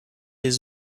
des